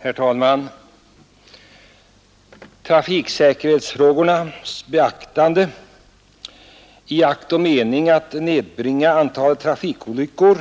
Herr talman! Trafiksäkerhetsfrågornas beaktande i akt och mening att nedbringa antalet trafikolyckor